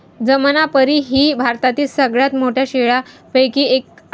जमनापरी ही भारतातील सगळ्यात मोठ्या शेळ्यांपैकी एक आहे